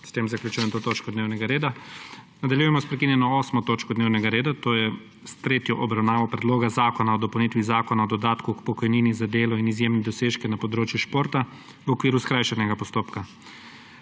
S tem zaključujem to točko dnevnega reda. Nadaljujemo s prekinjeno 8. točko dnevnega reda, to je s tretjo obravnavo Predloga zakona o dopolnitvi Zakona o dodatku k pokojnini za delo in izjemne dosežke na področju športa v okviru skrajšanega postopka.